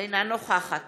אינה נוכחת